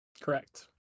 Correct